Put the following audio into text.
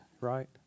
right